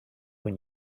when